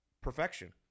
perfection